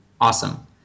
awesome